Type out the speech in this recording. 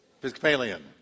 Episcopalian